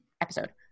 episode